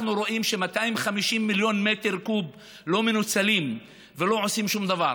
אנחנו רואים ש-250 מיליון קוב לא מנוצלים ולא עושים שום דבר.